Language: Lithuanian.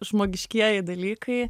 žmogiškieji dalykai